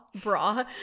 bra